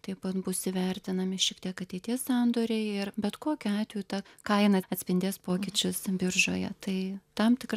taip pat bus įvertinami šiek tiek ateities sandoriai ir bet kokiu atveju ta kaina atspindės pokyčius biržoje tai tam tikra